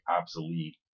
obsolete